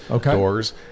doors